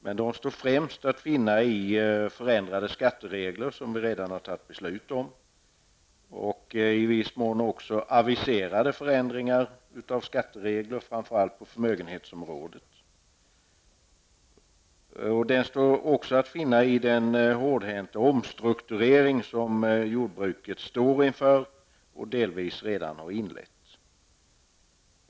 Men de står främst att finna i de förändrade skatteregler som vi redan har tagit beslut om och i viss mån även i aviserade förändringar av skatteregler framför allt på förmögenhetsområdet. De står också att finna i den hårdhänta omstrukturering som jordbruket står inför och delvis redan har inlett.